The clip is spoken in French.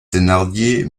thénardier